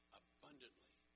abundantly